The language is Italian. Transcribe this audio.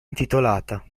intitolata